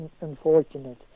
Unfortunate